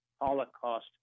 Holocaust